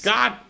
God